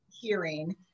hearing